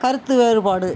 கருத்து வேறுபாடு